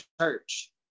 church